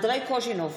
מיקי חיימוביץ'